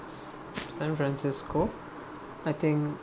san francisco I think